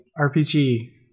RPG